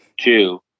two